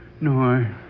No